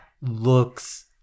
Looks